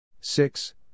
Six